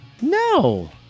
No